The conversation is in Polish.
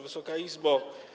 Wysoka Izbo!